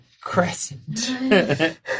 crescent